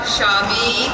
Shami